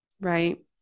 right